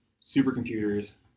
supercomputers